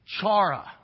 chara